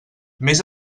més